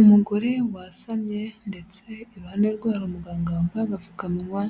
Umugore wasamye ndetse iruhande rwe hari umuganga wambaye agapfukamuwa